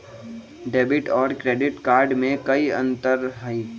Debit और credit card में कई अंतर हई?